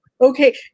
Okay